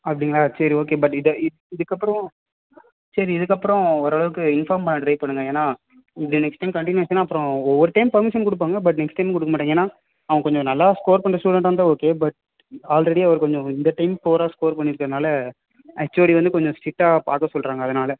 அப்படிங்களா சரி okay but இதை இதுக்கப்புறம் சரி இதுக்கப்புறம் ஓரளவுக்கு இன்ஃபார்ம் பண்ண ட்ரை பண்ணுங்க ஏன்னால் நெக்ஸ்ட் டைம் கண்டினியூ ஆச்சுன்னா அப்புறம் ஒவ்வொரு டைம் பர்மிஷன் கொடுப்பாங்க பட் நெக்ஸ்ட் டைம் கொடுக்க மாட்டாங்க ஏன்னால் அவன் கொஞ்சம் நல்லா ஸ்கோர் பண்ணுற ஸ்டூடண்ட்டாக இருந்தால் ஓகே பட் ஆல்ரெடி அவர் கொஞ்சம் இந்த டைம் புவராக ஸ்கோர் பண்ணியிருக்கறனால ஹெச்ஓடி வந்து கொஞ்சம் ஸ்ட்ரிக்டாக பார்க்க சொல்கிறாங்க அதனால்